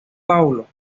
paulo